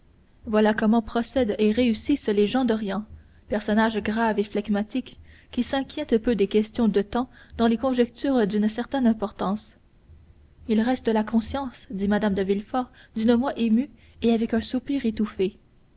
voilà comment procèdent et réussissent les gens d'orient personnages graves et flegmatiques qui s'inquiètent peu des questions de temps dans les conjonctures d'une certaine importance il reste la conscience dit mme de villefort d'une voix émue et avec un soupir étouffé